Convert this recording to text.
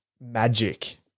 magic